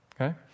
okay